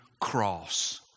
cross